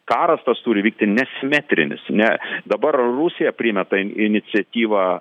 karas tas turi vykti nesimetrinis ne dabar rusija priėmė tą iniciatyvą